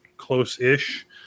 close-ish